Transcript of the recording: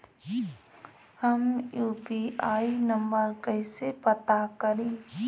हम UPI number कइसे पता करी?